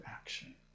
action